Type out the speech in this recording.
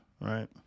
right